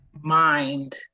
mind